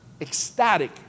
ecstatic